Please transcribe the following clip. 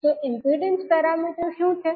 તે impedance parameters શું છે